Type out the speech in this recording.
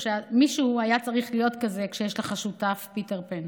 מישהו היה צריך להיות כזה כשיש לך שותף פיטר פן,